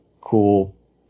cool